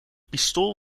pistool